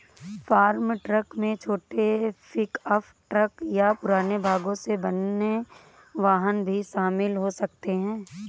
farm truck में छोटे pickup truck या पुराने भागों से बने वाहन भी शामिल हो सकते हैं